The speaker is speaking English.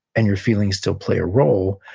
and your feelings still play a role,